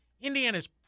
Indiana's